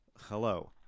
Hello